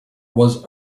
was